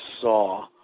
saw